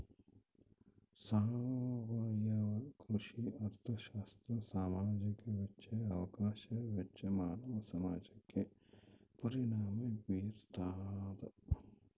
ಸಾವಯವ ಕೃಷಿ ಅರ್ಥಶಾಸ್ತ್ರ ಸಾಮಾಜಿಕ ವೆಚ್ಚ ಅವಕಾಶ ವೆಚ್ಚ ಮಾನವ ಸಮಾಜಕ್ಕೆ ಪರಿಣಾಮ ಬೀರ್ತಾದ